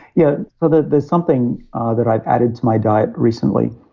yeah, although there's something ah that i've added to my diet recently.